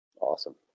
Awesome